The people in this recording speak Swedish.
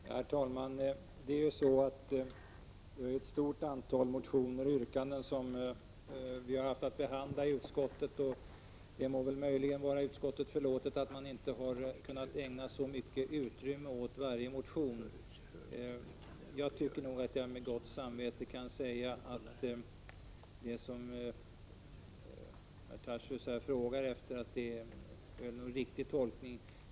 Herr talman! Utskottet har haft ett stort antal motioner och yrkanden att behandla. Det må möjligen vara utskottet förlåtet att inte så mycket utrymme har kunnat ägnas åt varje motion. Jag tycker nog att jag med gott samvete kan säga att herr Tarschys gör en riktig tolkning.